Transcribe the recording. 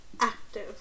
active